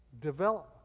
development